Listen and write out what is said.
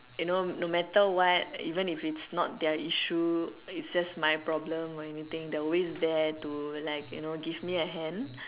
you know no matter what even if it's not their issue is just my problem or anything they are always there to like you know give me a hand